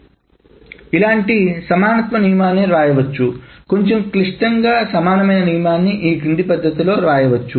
కాబట్టి ఇలాంటి సమానత్వ నియమాన్ని వ్రాయవచ్చు కొంచెం క్లిష్టంగా సమానమైన నియమాన్ని కింది పద్ధతిలో వ్రాయవచ్చు